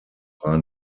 waren